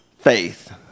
faith